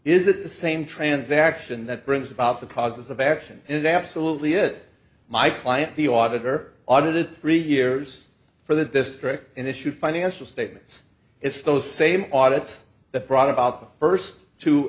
that the same transaction that brings about the causes of action and it absolutely is my client the auditor auditor three years for the district in issue financial statements it's those same audits that brought about the first two